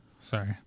Sorry